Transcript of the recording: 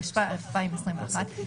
התשפ"ב 2021,